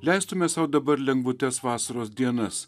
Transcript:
leistume sau dabar lengvutes vasaros dienas